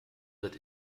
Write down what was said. wird